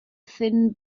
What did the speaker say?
thin